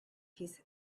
his